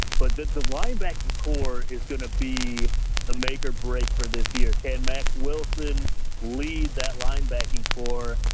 but the the line backing core is going to be the make or break for this year. can max wilson lead that line backing core?